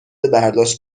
برداشت